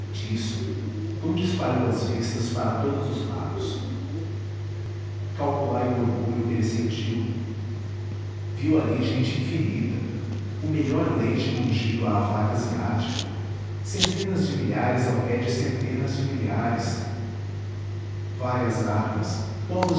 feitiço donde espalhou as vistas para todos os lados calculai o orgulho que ele sentiu viu ali gente infinita o melhor leite mungido à vaca www nead unama br asiática centenas de milhares ao pé de centenas de milhares várias armas povos